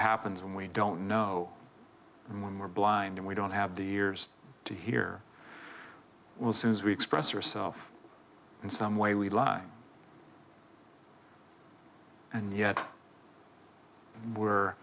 happens when we don't know when we're blind and we don't have the years to hear we'll soon as we express yourself in some way we live and yet were